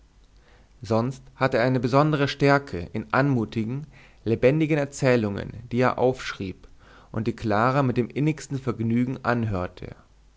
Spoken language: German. sonst hatte er eine besondere stärke in anmutigen lebendigen erzählungen die er aufschrieb und die clara mit dem innigsten vergnügen anhörte